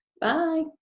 bye